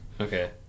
Okay